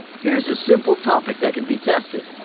here's a simple topic that can be tested.